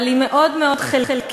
אבל היא מאוד מאוד חלקית.